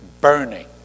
burning